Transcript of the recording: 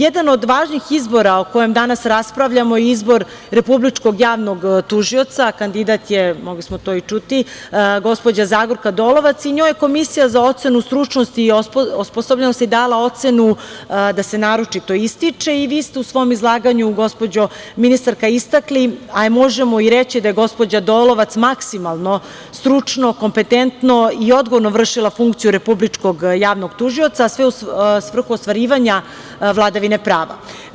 Jedan od važnih izbora o kojem danas raspravljamo je izbor Republičkog javnog tužioca, a kandidat je, mogli smo to i čuti, gospođa Zagorka Dolovac i njoj je Komisija za ocenu stručnosti i osposobljenosti dala ocenu da se naročito ističe i vi ste u svom izlaganju, gospođo ministarka, istakli, a možemo i reći da je gospođa Dolovac maksimalno stručno, kompetentno i odgovorno vršila funkciju Republičkog javnog tužioca, a sve u svrhu ostvarivanja vladavine prava.